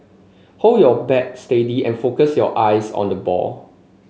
hold your bat steady and focus your eyes on the ball